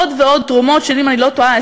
עוד ועוד תרומות שאם אני לא טועה,